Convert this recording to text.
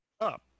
up